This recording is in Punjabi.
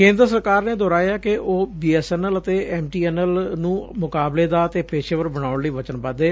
ਕੇਦਰ ਸਰਕਾਰ ਨੇ ਦੁਹਰਾਇਐ ਕਿ ਉਹ ਬੀ ਐਸ ਐਨ ਐਲ ਅਤੇ ਐਮ ਟੀ ਐਨ ਐਲ ਨੰ ਮੁਕਾਬਲੇ ਦਾ ਅਤੇ ਪੇਸ਼ੇਵਰ ਬਣਾਉਣ ਲਈ ਵਚਨਬੱਧ ਏ